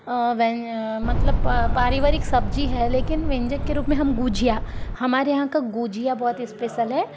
वयं मतलब पारिवरिक सब्ज़ी है लेकिन व्यंजक के रूप में हम गुजिया हमारे यहाँ का गुजिया बहुत ही स्पेशल है